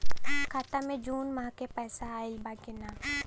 खाता मे जून माह क पैसा आईल बा की ना?